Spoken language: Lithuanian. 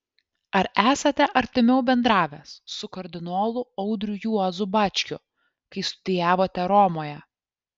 ar esate artimiau bendravęs su kardinolu audriu juozu bačkiu kai studijavote romoje